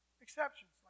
exceptions